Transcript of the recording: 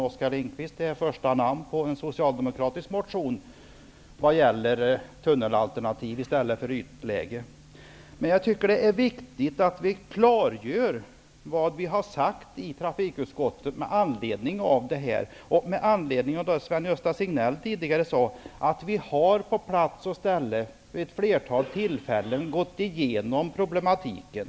Oskar Lindkvist står som första namn på den socialdemokratiska motionen om tunnelalternativet i stället för ytläge. Det är viktigt att vi klargör vad vi har sagt i trafikutskottet. Sven-Gösta Signell sade tidigare att vi på plats och ställe vid ett flertal tillfällen har gått igenom problematiken.